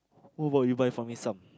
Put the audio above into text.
what about you buy for me some